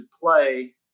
play